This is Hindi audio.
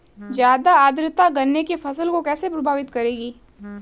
ज़्यादा आर्द्रता गन्ने की फसल को कैसे प्रभावित करेगी?